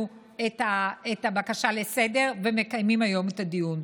את ההצעה לסדר-היום ומקיימים היום את הדיון.